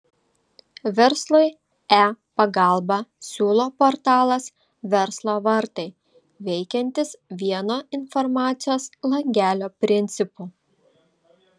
verslui e pagalbą siūlo portalas verslo vartai veikiantis vieno informacijos langelio principu